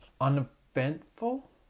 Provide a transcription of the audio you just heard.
Uneventful